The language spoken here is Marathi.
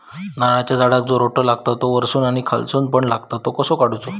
नारळाच्या झाडांका जो रोटो लागता तो वर्सून आणि खालसून पण लागता तो कसो काडूचो?